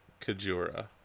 Kajura